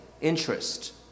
interest